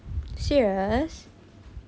serious